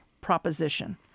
proposition